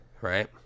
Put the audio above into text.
right